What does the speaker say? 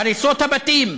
הריסות הבתים,